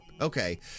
Okay